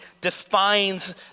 defines